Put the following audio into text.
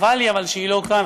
חבל לי שהיא לא כאן,